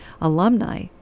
alumni